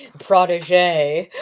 prodigy.